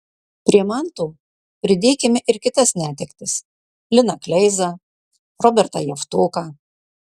prie manto pridėkime ir kitas netektis liną kleizą robertą javtoką